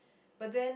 but then